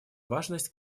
важность